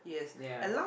yea